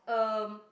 um